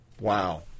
Wow